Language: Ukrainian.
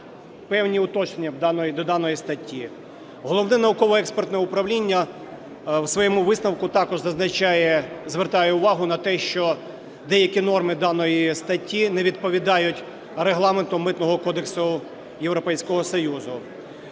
певні уточнення до даної статті. Головне науково-експертне управління в своєму висновку також зазначає, звертає увагу на те, що деякі норми даної статті не відповідають Регламенту Митного кодексу Європейського Союзу.